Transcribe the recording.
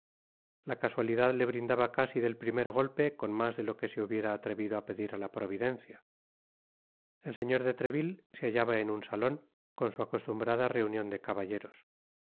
la casualidad le brindaba casi del primer golpe con mas de lo que se hubiera atrevido á pedir á la providencia el señor de treville se hallaba en un salon con su acostumbrada reunion de caballeros